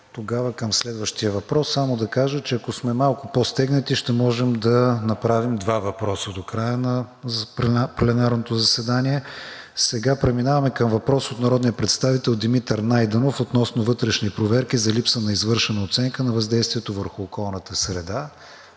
тогава към следващия въпрос. Само да кажа, че ако сме малко по-стегнати, ще можем да направим два въпроса до края на пленарното заседание. Сега преминаваме към въпрос от народния представител Димитър Найденов относно вътрешни проверки за липса на извършена оценка на въздействието върху околната среда.